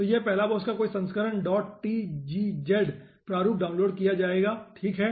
तो यह Palabos का कोई संस्करण tgz प्रारूप डाउनलोड किया जाएगा ठीक है